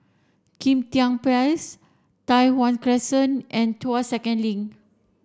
Kim Tian Place Tai Hwan Crescent and Tuas Second Link